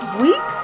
week